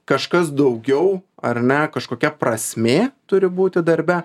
kažkas daugiau ar ne kažkokia prasmė turi būti darbe